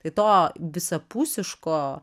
tai to visapusiško